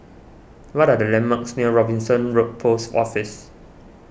what are the landmarks near Robinson Road Post Office